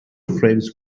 frames